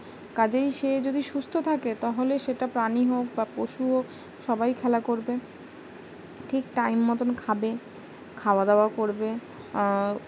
কাজেই সে যদি সুস্থ থাকে তাহলে সেটা প্রাণী হোক বা পশু হোক সবাই খেলা করবে ঠিক টাইম মতোন খাবে খাওয়া দাওয়া করবে